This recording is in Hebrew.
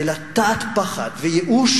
ולטעת פחד וייאוש.